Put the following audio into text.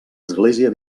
església